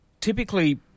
typically